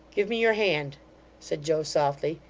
give me your hand said joe softly,